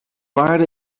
waarde